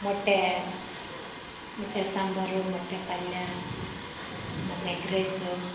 ಮೊಟ್ಟೇ ಮೊಟ್ಟೆ ಸಾಂಬಾರು ಮೊಟ್ಟೆ ಪಲ್ಯ ಮತ್ತು ಎಗ್ ರೈಸು